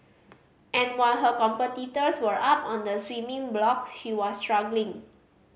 and while her competitors were up on the swimming block she was struggling